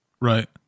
Right